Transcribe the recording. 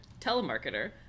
telemarketer